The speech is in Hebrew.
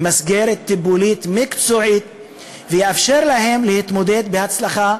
מסגרת טיפולית מקצועית ויאפשר להם להתמודד בהצלחה